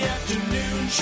Afternoon